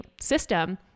system